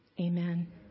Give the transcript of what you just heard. amen